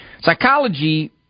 Psychology